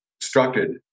constructed